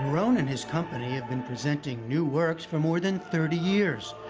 varone and his company have been presenting new works for more than thirty years,